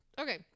okay